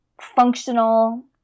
functional